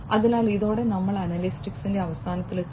അതിനാൽ ഇതോടെ നമ്മൾ അനലിറ്റിക്സിന്റെ അവസാനത്തിലെത്തുന്നു